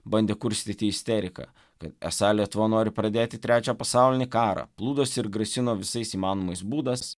bandė kurstyti isteriką kad esą lietuva nori pradėti trečią pasaulinį karą plūdosi ir grasino visais įmanomais būdas